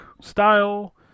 style